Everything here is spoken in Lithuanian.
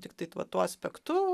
tiktai va tuo aspektu